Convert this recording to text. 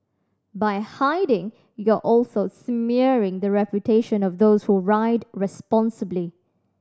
by hiding you're also smearing the reputation of those who ride responsibly